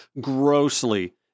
grossly